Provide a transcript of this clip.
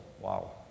Wow